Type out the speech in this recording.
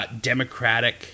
Democratic